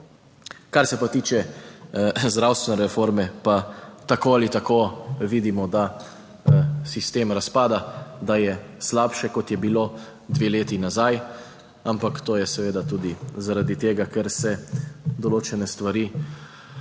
Kar se pa tiče zdravstvene reforme pa tako ali tako vidimo, da sistem razpada, da je slabše kot je bilo dve leti nazaj, ampak to je seveda tudi zaradi tega, ker se določene stvari deli